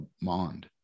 Mond